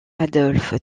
adolphe